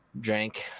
drank